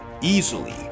easily